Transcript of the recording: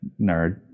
nerd